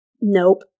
Nope